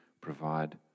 provide